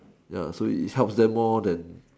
ya so it help them all then